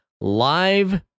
live